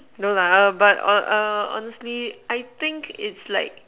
no lah err but err err honestly I think it's like